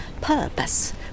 purpose